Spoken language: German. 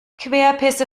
querpässe